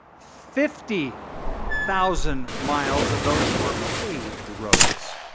fifty thousand miles of those were paved roads.